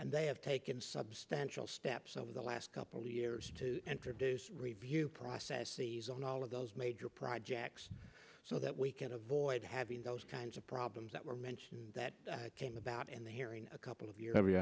and they have taken substantial steps over the last couple years to introduce review process seize on all of those major projects so that we can avoid having those kinds of problems that were mentioned that came about in the hearing a couple of y